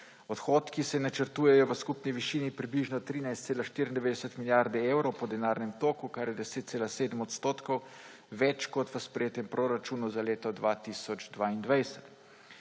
Odhodki se načrtujejo v skupni višini približno 13,94 milijarde evrov po denarnem toku, kar je 10,7 % več kot v sprejetem proračunu za leto 2022.